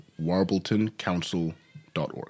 warbletoncouncil.org